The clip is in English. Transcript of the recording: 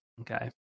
Okay